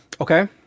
Okay